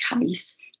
case